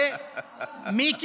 ממ"ז.